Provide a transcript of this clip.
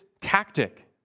tactic